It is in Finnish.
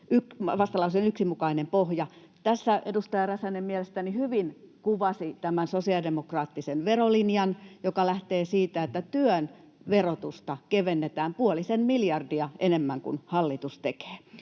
vastalauseen 1 mukainen pohja. Edustaja Räsänen mielestäni hyvin kuvasi tämän sosiaalidemokraattisen verolinjan, joka lähtee siitä, että työn verotusta kevennetään puolisen miljardia enemmän kuin hallitus tekee.